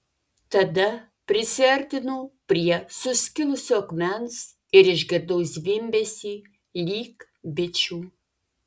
tada prisiartinau prie suskilusio akmens ir išgirdau zvimbesį lyg bičių